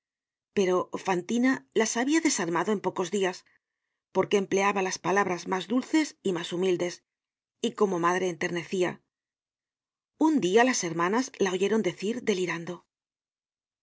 pero fantina las habia desarmado en pocos dias porque empleaba las palabras mas dulces y mas humildes y como madre enternecia un dia las hermanas la oyeron decir delirando